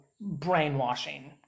brainwashing